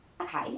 okay